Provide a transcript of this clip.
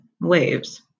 waves